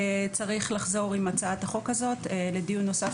צריך לחזור עם הצעת החוק הזאת לדיון נוסף